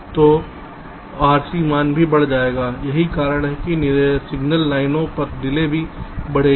तो RC मान भी बढ़ जाएगा यही कारण है कि सिग्नल लाइन पर डिले भी बढ़ेगी